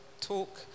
talk